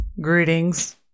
Greetings